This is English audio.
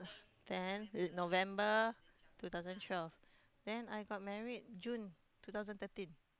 ten November two thousand twelve then I got married June two thousand thirteen